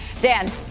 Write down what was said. Dan